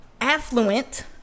affluent